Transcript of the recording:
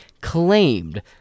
claimed